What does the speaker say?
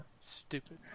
Stupid